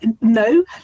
No